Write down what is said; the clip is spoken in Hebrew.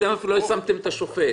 אתם אפילו לא שמתם את השופט.